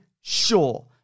sure